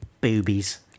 boobies